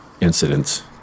incidents